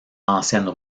anciennes